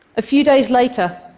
a few days later,